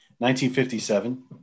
1957